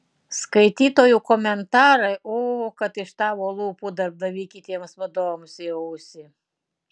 skaitytojų komentarai o kad iš tavo lūpų darbdavy kitiems vadovams į ausį